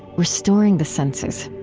restoring the senses.